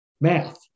math